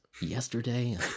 yesterday